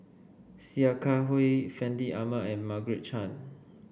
Sia Kah Hui Fandi Ahmad and Margaret Chan